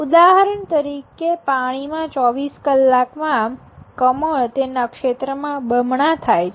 ઉદાહરણ તરીકે પાણીમાં ૨૪ કલાકમાં કમળ તેના ક્ષેત્રમાં બમણા થાય છે